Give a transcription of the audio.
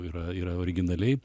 yra yra originaliai